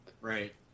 Right